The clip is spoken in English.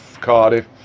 Cardiff